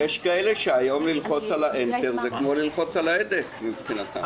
יש כאלה שהיום ללחוץ על האנטר זה כמו ללחוץ על ההדק מבחינתם.